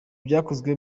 byakozwe